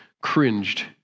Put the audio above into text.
cringed